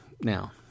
Now